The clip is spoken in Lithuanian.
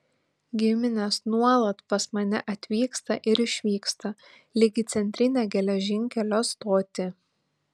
giminės nuolat pas mane atvyksta ir išvyksta lyg į centrinę geležinkelio stotį